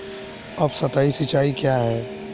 उपसतही सिंचाई क्या है?